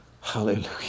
Hallelujah